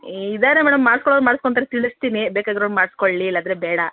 ಏ ಇದ್ದಾರೆ ಮೇಡಮ್ ಮಾಡ್ಸ್ಕೊಳ್ಳೋರು ಮಾಡಸ್ಕೊತಾರೆ ತಿಳಿಸ್ತೀನಿ ಬೇಕಾಗಿರೋರು ಮಾಡ್ಸ್ಕೊಳ್ಳಿ ಇಲ್ಲಾದರೆ ಬೇಡ